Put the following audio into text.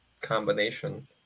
combination